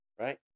right